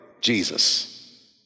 Jesus